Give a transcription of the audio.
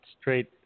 straight